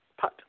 put